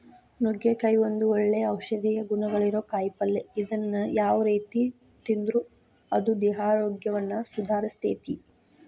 ನುಗ್ಗಿಕಾಯಿ ಒಂದು ಒಳ್ಳೆ ಔಷಧೇಯ ಗುಣಗಳಿರೋ ಕಾಯಿಪಲ್ಲೆ ಇದನ್ನ ಯಾವ ರೇತಿ ತಿಂದ್ರು ಅದು ದೇಹಾರೋಗ್ಯವನ್ನ ಸುಧಾರಸ್ತೆತಿ